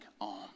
on